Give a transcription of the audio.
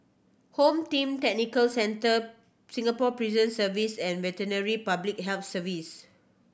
Home Team Center Singapore Prison Service and Veterinary Public Health Service